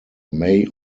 may